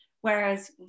whereas